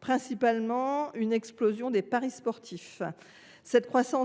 principalement de l’explosion des paris sportifs. Ce